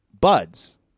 buds